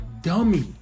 dummy